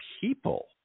people